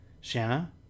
Shanna